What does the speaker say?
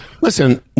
Listen